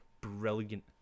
brilliant